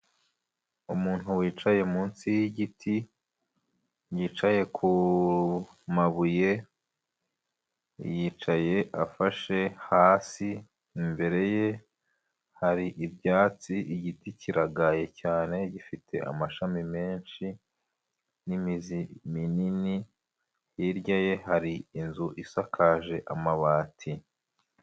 Umuntu wicaye munsi y'igiti, yicaye ku mabuye, yicaye afashe hasi, imbere ye hari ibyatsi. Igiti kiraragaye cyane, gifite amashami menshi n'imizi minini, hirya ye hari inzu isakaje amabati.